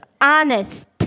Honest